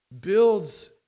builds